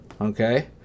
Okay